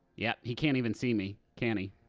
yeah, he can't even see me, can he?